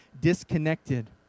disconnected